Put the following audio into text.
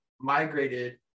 migrated